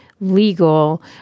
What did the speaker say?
legal